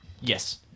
Yes